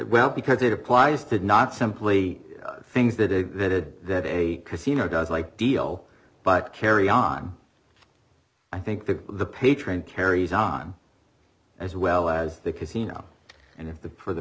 well because it applies did not simply things that ignited that a casino does like deal but carry on i think that the patron carries on as well as the casino and if the per the